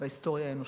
בהיסטוריה האנושית.